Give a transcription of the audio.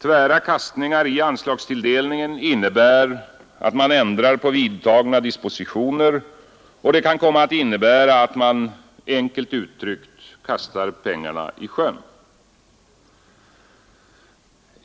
Tvära kastningar i anslagstilldelningen innebär att man ändrar på vidtagna dispositioner, och det kan komma att innebära att man, enkelt uttryckt, kastar pengarna i sjön.